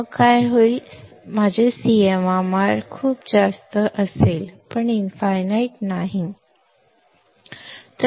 ನನ್ನ CMRR ತುಂಬಾ ಹೆಚ್ಚಿರುತ್ತದೆ ಆದರೆ ಇನ್ಫೈನೈಟ್ ಆಗಿರುವುದಿಲ್ಲ